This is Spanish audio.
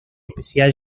especial